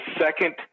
second